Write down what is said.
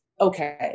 Okay